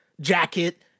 jacket